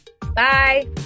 Bye